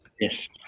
Yes